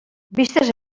vistes